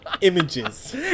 images